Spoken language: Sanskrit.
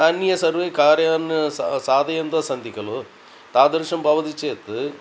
अन्ये सर्वे कार्यान् सा साधयन्तस्सन्ति खलु तादृशं भवति चेत्